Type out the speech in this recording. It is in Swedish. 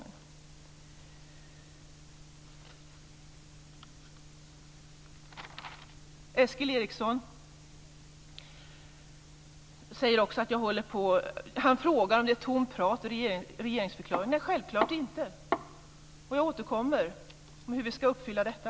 Eskil Erlandsson frågar om det är tomt prat i regeringsförklaringen. Det är det självklart inte. Jag återkommer till hur vi ska uppfylla detta.